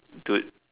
dude